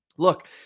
Look